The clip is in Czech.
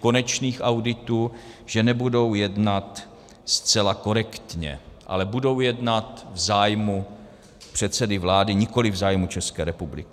konečných auditů, že nebudou jednat zcela korektně, ale budou jednat v zájmu předsedy vlády, nikoli v zájmu České republiky.